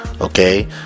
okay